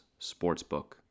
Sportsbook